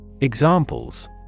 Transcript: Examples